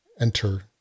enter